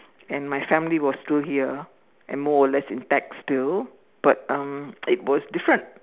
and my family was still here and more or less intact still but um it was different